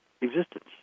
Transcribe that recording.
existence